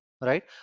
right